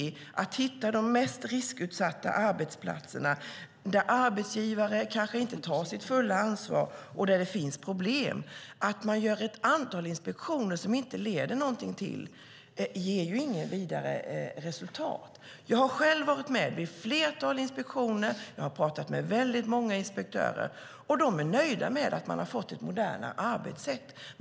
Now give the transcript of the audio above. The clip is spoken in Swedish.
Det handlar om att hitta de mest riskutsatta arbetsplatserna, där arbetsgivare kanske inte tar sitt fulla ansvar och där det finns problem. Att göra ett antal inspektioner som inte leder till någonting ger inget vidare resultat. Jag har varit med vid ett flertal inspektioner. Jag har talat med många inspektörer, och de är nöjda med att ha fått ett modernt arbetssätt.